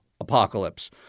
Apocalypse